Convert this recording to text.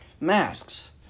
Masks